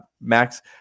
max